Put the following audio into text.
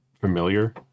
familiar